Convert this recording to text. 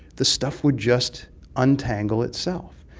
the stuff would just untangle itself.